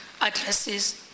addresses